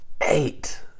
eight